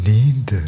Need